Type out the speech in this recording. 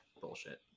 bullshit